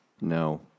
no